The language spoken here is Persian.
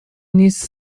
نیست